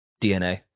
DNA